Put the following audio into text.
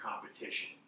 competition